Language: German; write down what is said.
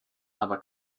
aber